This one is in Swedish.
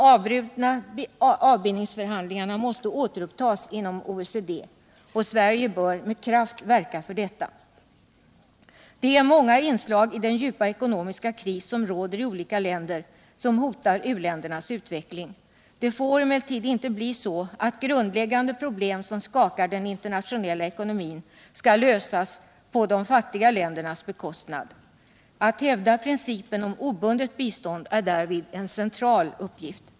Avbindningsförhandlingarna måste återupptas inom OECD, och Sverige bör med kraft verka för detta. Det är många inslag i den djupa ekonomiska kris som råder i olika länder som hotar u-ländernas utveckling. Det får emellertid inte bli så att grundläggande problem som skakar den internationella ekonomin skall lösas på de fattiga ländernas bekostnad. Att hävda principen om obundet bistånd är därvid en central uppgift.